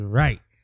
right